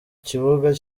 kibuga